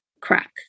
crack